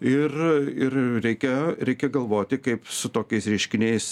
ir ir reikia reikia galvoti kaip su tokiais reiškiniais